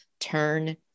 turn